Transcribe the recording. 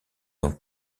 ont